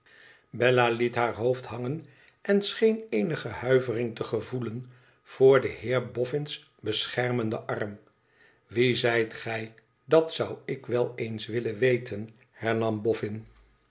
bella liet haar hoofd hangen en scheen eenige huivering te gevoelen voor den heer boffin s beschermenden arm wiezijtgij dat zou ik wel eens willen weten hernam boffin